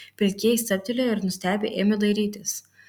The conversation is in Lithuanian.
pilkieji stabtelėjo ir nustebę ėmė dairytis